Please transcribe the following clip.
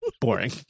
boring